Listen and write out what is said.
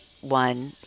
one